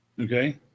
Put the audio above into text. okay